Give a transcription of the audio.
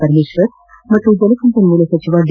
ಪರಮೇಶ್ವರ್ ಹಾಗೂ ಜಲಸಂಪನ್ನೂಲ ಸಚಿವ ಡಿ